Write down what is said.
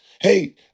Hey